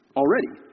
already